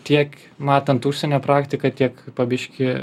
tiek matant užsienio praktiką tiek pa biškį